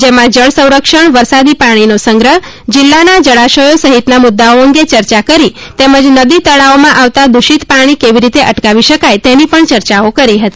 જેમાં જળસંરક્ષણ વરસાદી પાણીનો સંગ્રહ જિલ્લાના જળાશયો સહિતના મુદ્દાઓ અંગે ચર્ચા કરી તેમજ નદી તળાવોમાં આવતા દ્રષિત પાણી કેવી રીતે અટકાવી શકાય તેની પણ ચર્ચાઓ કરી હતી